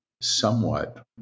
somewhat